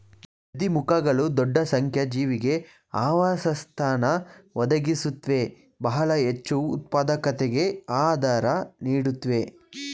ನದೀಮುಖಗಳು ದೊಡ್ಡ ಸಂಖ್ಯೆ ಜೀವಿಗೆ ಆವಾಸಸ್ಥಾನ ಒದಗಿಸುತ್ವೆ ಬಹಳ ಹೆಚ್ಚುಉತ್ಪಾದಕತೆಗೆ ಆಧಾರ ನೀಡುತ್ವೆ